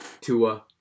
Tua